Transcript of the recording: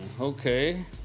Okay